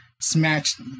smashed